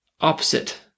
opposite